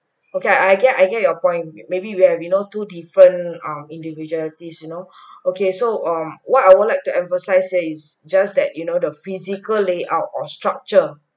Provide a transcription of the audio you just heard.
okay I I get I get your point maybe where you know two different um individuals these you know okay so um what I would like to emphasize here is just that you know the physical layout or structure